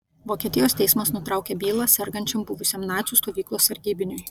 vokietijos teismas nutraukė bylą sergančiam buvusiam nacių stovyklos sargybiniui